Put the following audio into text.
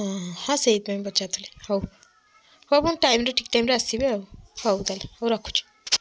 ହଁ ହଁ ହଁ ସେଇଥି ପାଇଁ ପଚାରୁଥିଲି ହଉ ହଉ ଆପଣ ଟାଇମ୍ରେ ଠିକ୍ ଟାଇମ୍ରେ ଆସିବେ ଆଉ ହଉ ତାହେଲେ ହଉ ରଖୁଛି